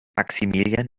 maximilian